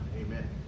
amen